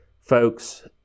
folks